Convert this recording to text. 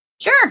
Sure